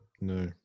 No